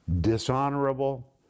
dishonorable